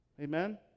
Amen